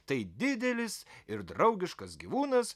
tai didelis ir draugiškas gyvūnas